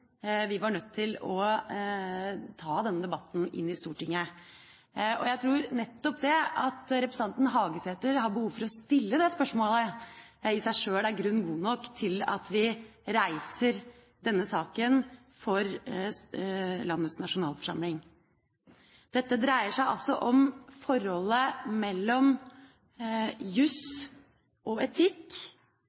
vi var nødt til å ta denne debatten inn i Stortinget. Jeg tror at nettopp det at representanten Hagesæter har behov for å stille dette spørsmålet, i seg sjøl er grunn god nok til at vi reiser denne saken for landets nasjonalforsamling. Dette dreier seg altså om forholdet mellom jus og etikk,